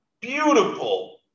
beautiful